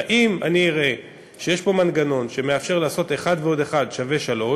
אם אני אראה שיש פה מנגנון שמאפשר לעשות אחת ועוד אחת שווה שלוש,